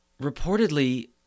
Reportedly